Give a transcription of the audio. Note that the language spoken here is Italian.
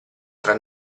tra